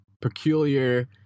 peculiar